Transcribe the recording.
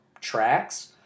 tracks